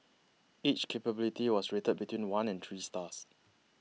each capability was rated between one and three stars